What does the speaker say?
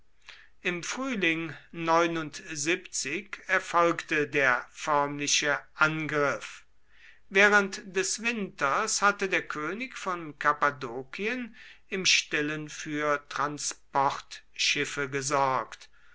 im frühling erfolgte der förmliche angriff während des winters hatte der könig von kappadokien im stillen für transportschiffe gesorgt